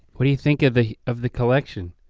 what do you think of the of the collection?